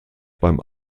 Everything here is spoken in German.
beim